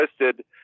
listed